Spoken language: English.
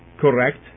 correct